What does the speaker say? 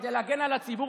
כדי להגן על הציבור,